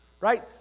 right